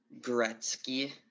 Gretzky